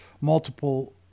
multiple